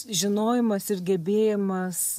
žinojimas ir gebėjimas